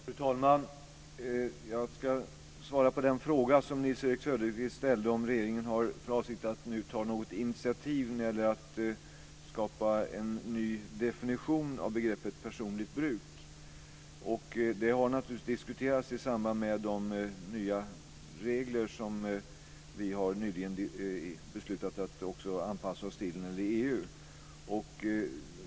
Fru talman! Jag ska svara på den fråga som Nils Erik Söderqvist ställde om ifall regeringen har för avsikt att nu ta något initiativ för att skapa en ny definition av begreppet personligt bruk. Det har naturligtvis diskuterats i samband med de nya regler som vi nyligen har beslutat att anpassa oss till i EU.